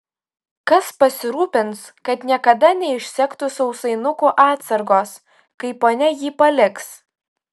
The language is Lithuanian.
kas pasirūpins kad niekada neišsektų sausainukų atsargos kai ponia jį paliks